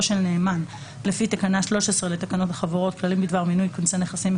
של נאמן לפי תקנה 13 לתקנות החברות (כללים בדבר כונסי נכסים,